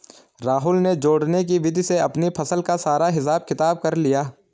राहुल ने जोड़ने की विधि से अपनी फसल का सारा हिसाब किताब कर लिया